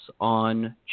on